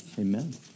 Amen